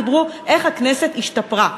וכולם דיברו על איך הכנסת השתפרה,